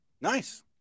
Nice